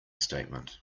statement